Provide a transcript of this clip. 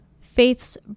Faith's